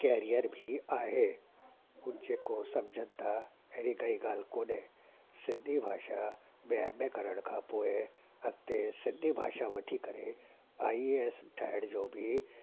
career बि आहे हू जेको समुझनि था हेड़ी काई ॻाल्हि कोने सिंधी भाषा में एम ए करण खां पोइ अॻिते सिंधी भाषा वठी करे आई ए एस ठहण जो बि